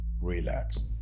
relax